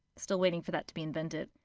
still waiting for that to be invented.